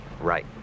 Right